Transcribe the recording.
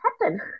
happen